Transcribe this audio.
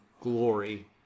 glory